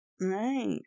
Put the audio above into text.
Right